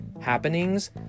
happenings